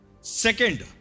second